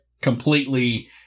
completely